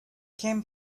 came